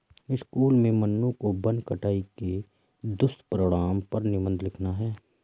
school में मन्नू को वन कटाई के दुष्परिणाम पर निबंध लिखना है